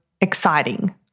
exciting